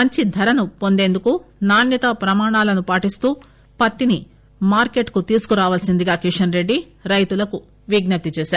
మంచి ధరను పొందేందుకు నాణ్యతా ప్రమాణాలను పాటిస్తూ పత్తిని మార్కెట్ కు తీసుకురావలసిందిగా కిషన్ రెడ్డి రైతులకు విజ్ఞప్తి చేశారు